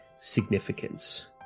significance